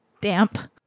damp